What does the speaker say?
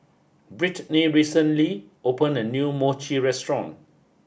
Brittnie recently opened a new Mochi Restaurant